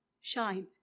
shine